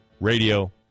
radio